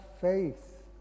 faith